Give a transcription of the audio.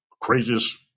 craziest